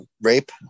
rape